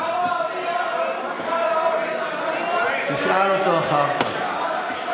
למה אבידר בחוץ, תשאל אותו אחר כך.